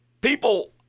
people